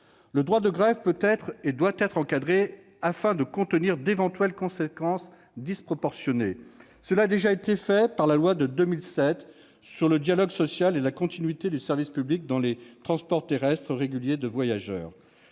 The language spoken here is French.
Le droit de grève peut être et doit être encadré afin de contenir d'éventuelles conséquences disproportionnées. Cela a déjà été fait par la loi de 2007 sur le dialogue social et la continuité du service public dans les transports terrestres réguliers de voyageurs.